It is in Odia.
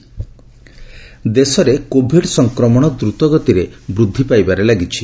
କୋଭିଡ୍ ଷ୍ଟାଟସ୍ ଦେଶରେ କୋଭିଡ୍ ସଂକ୍ରମଣ ଦ୍ରତଗତିରେ ବୃଦ୍ଧି ପାଇବାରେ ଲାଗିଛି